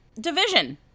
division